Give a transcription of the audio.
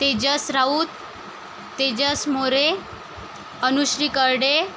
Tejas Raut Tejas More Anushree Karde